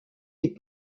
les